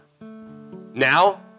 now